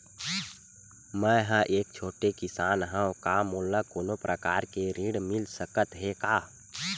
मै ह एक छोटे किसान हंव का मोला कोनो प्रकार के ऋण मिल सकत हे का?